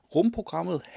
Rumprogrammet